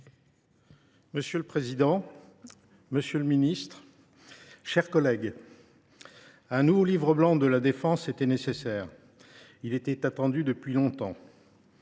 Monsieur le président, monsieur le ministre, mes chers collègues, un nouveau livre blanc de la défense était nécessaire ; il était attendu depuis longtemps.